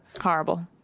Horrible